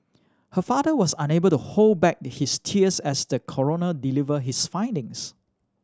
her father was unable to hold back his tears as the coroner deliver his findings